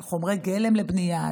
על חומרי גלם לבנייה,